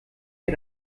wir